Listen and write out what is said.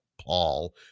Paul